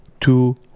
two